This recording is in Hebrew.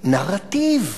נרטיב.